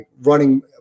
running